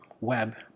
web